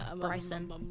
bryson